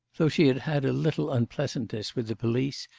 though she had had a little unpleasantness with the police,